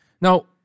Now